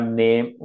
name